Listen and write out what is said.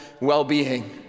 well-being